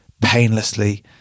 painlessly